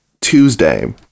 Tuesday